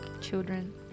children